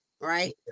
Right